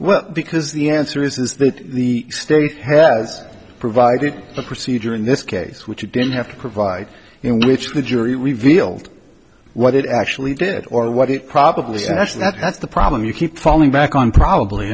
well because the answer is that the state has provided a procedure in this case which you didn't have to provide in which the jury revealed what it actually did or what it probably is that's that's the problem you keep falling back on probably